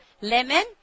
lemon